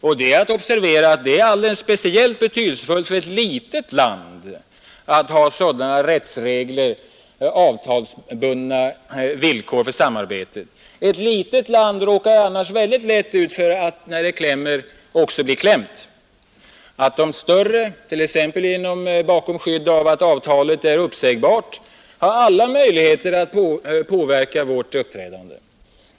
och det är att observera att det är alldeles speciellt betydelsefullt för ett litet land att ha sådana rättsregler och avtalsbundna villkor för samarbetet. Ett litet land rakar annars när det klämmer lätt ut för att också bli klämt. De större har t.ex. genom att avtalet är uppsagbart alla möjligheter att päverka vart uppträdande.